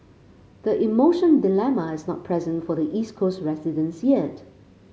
the emotion dilemma is not present for the East Coast residents yet